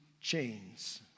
chains